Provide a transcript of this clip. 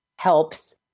helps